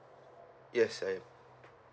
yes I am